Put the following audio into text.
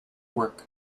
work